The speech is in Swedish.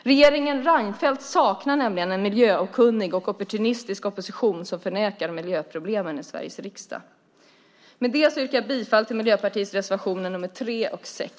Regeringen Reinfeldt saknar nämligen en miljöokunnig och opportunistisk opposition som förnekar miljöproblemen i Sveriges riksdag. Med det yrkar jag bifall till Miljöpartiets reservationer nr 3 och 6.